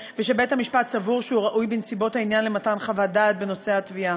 ושבית-המשפט סבור שהוא ראוי בנסיבות העניין למתן חוות דעת בנושא התביעה.